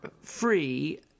free